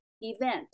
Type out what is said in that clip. event